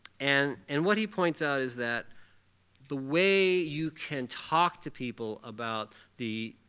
and and what he points out is that the way you can talk to people about the